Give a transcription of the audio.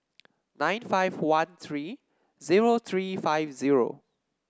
nine five one three zero three five zero